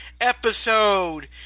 episode